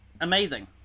Amazing